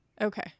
Okay